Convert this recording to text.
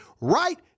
right